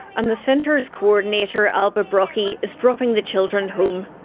and the centre's coordinator alba brockie is dropping the children home.